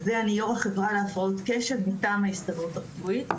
ואני יו"ר החברה להפרעות קשב מטעם ההסתדרות הרפואית,